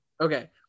Okay